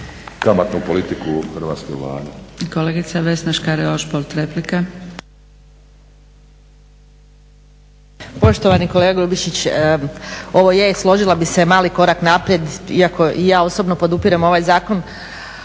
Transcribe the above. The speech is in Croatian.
kamatnu politiku Hrvatske Vlade.